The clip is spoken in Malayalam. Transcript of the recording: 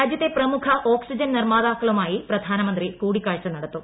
രാജ്യത്തെ പ്രമുഖ ഓക്സിജൻ നിർമാതാക്കളുമായി പ്രധാനമന്ത്രി കൂടിക്കാഴ്ച നടത്തും